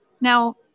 Now